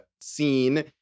scene